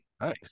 nice